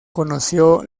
conoció